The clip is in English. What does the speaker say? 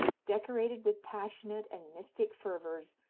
decorated with passionate and mystic fervors,